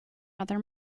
other